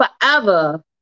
forever